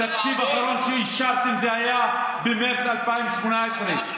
התקציב האחרון שאישרתם היה במרץ 2018,